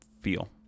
feel